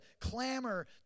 clamor